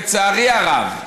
לצערי הרב,